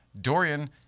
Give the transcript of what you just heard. dorian